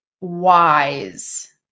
wise